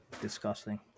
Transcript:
Disgusting